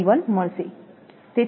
2V1 મળશે